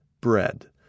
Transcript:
bread